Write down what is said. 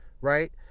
Right